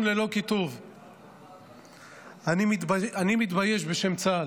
אני מתבייש בשם צה"ל,